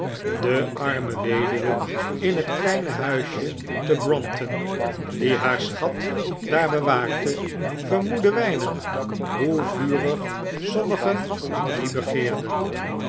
de arme weduwe in het kleine huisje te brompton die haar schat daar bewaakte vermoedde weinig hoe vurig sommigen dien begeerden